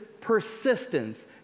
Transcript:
persistence